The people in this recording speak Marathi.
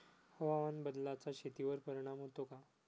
हवामान बदलाचा शेतीवर परिणाम होतो का?